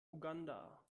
uganda